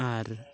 ᱟᱨ